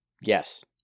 Yes